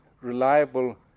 reliable